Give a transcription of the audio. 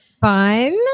fun